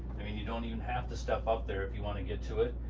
i mean, you don't even have to step up there if you wanna get to it.